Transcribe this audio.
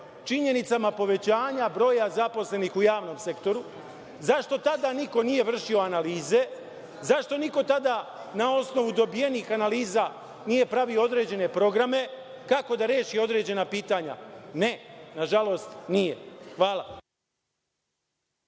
činjenicama povećanja broja zaposlenih u javnom sektoru? Zašto tada niko nije vršio analize? Zašto niko tada na osnovu dobijenih analiza nije pravio određene programe kako da reši određena pitanja? Ne, nažalost nije. Hvala.